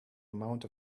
amount